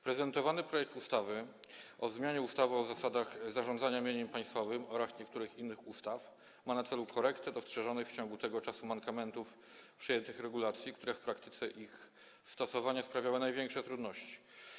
Prezentowany projekt ustawy o zmianie ustawy o zasadach zarządzania mieniem państwowym oraz niektórych innych ustaw ma na celu korektę dostrzeżonych w ciągu tego czasu mankamentów przyjętych regulacji, które w praktyce ich stosowania sprawiały największe trudności.